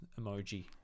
emoji